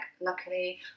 luckily